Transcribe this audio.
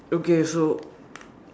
okay so